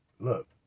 Look